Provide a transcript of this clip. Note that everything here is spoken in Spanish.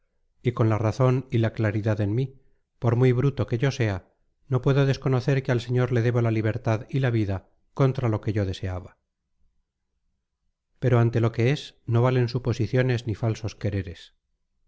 y con la razón y la claridad en mí por muy bruto que yo sea no puedo desconocer que al señor le debo la libertad y la vida contra lo que yo deseaba pero ante lo que es no valen suposiciones ni falsos quereres